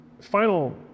final